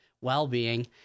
well-being